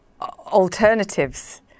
alternatives